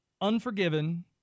Unforgiven